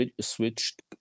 switched